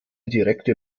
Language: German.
direkte